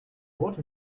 what